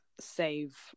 save